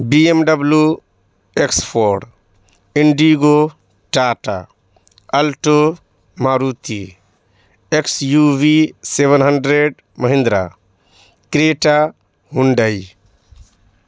be M W X Ford Indigo Tata Alto Maruti X U V seven hundred Mahindra Creta Hyundai